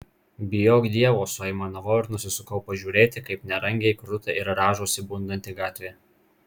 bijok dievo suaimanavau ir nusisukau pažiūrėti kaip nerangiai kruta ir rąžosi bundanti gatvė